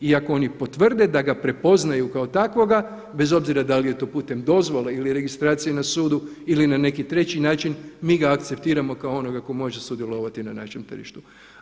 I ako oni potvrde da ga prepoznaju kao takvoga bez obzira da li je to putem dozvole ili registracije na sudu ili na neki treći način mi ga akceptiramo kao onoga tko može sudjelovati na našem tržištu.